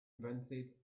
invented